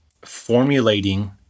formulating